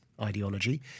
ideology